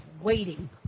waiting